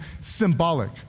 symbolic